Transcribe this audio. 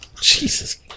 Jesus